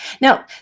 now